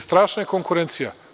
Strašna je konkurencija.